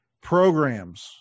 Programs